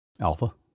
Alpha